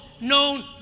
known